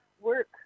work